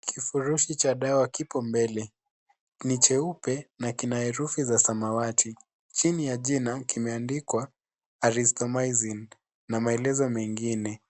Kifurushi cha dawa kipo mbele ni cheupe na kina herufi za samawati. Chini ya jina kimeandikwa Azithromycin na maelezo mengine.